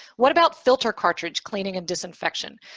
what about filter cartridge cleaning and disinfection?